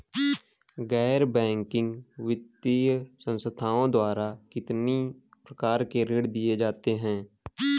गैर बैंकिंग वित्तीय संस्थाओं द्वारा कितनी प्रकार के ऋण दिए जाते हैं?